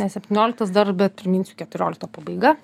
ne septynioliktas dar bet priminsiu keturiolikto pabaiga